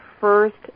first